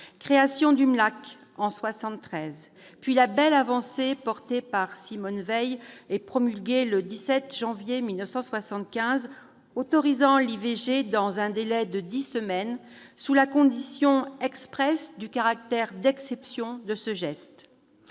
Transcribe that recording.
contraception, en 1973 ; puis la belle avancée, portée par Simone Veil et promulguée le 17 janvier 1975, autorisant l'IVG dans un délai de dix semaines, sous la condition expresse du caractère d'exception de ce geste.